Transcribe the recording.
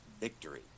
victory